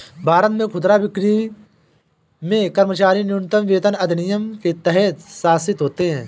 भारत में खुदरा बिक्री में कर्मचारी न्यूनतम वेतन अधिनियम के तहत शासित होते है